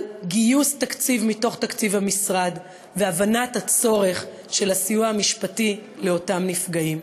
על גיוס תקציב מתוך תקציב המשרד והבנת הצורך בסיוע המשפטי לאותם נפגעים.